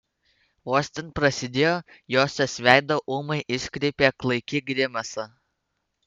vos ten prasidėjo josios veidą ūmai iškreipė klaiki grimasa